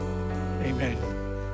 amen